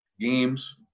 games